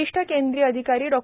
वरिष्ठ केंद्रीय अधिकारी डॉ